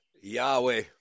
Yahweh